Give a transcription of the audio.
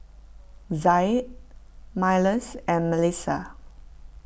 Zaid Myles and Melisa